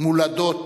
מולדות